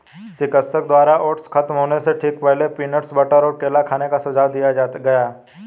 चिकित्सक द्वारा ओट्स खत्म होने से ठीक पहले, पीनट बटर और केला खाने का सुझाव दिया गया